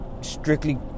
strictly